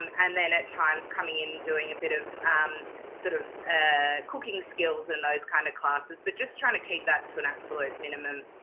and then at times coming in doing a bit of um sort of ah cooking skills and those kind of classes, but just trying to keep that to an absolute minimum.